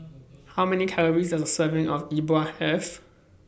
How Many Calories Does A Serving of Yi Bua Have